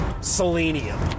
selenium